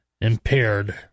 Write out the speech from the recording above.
impaired